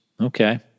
Okay